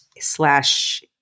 slash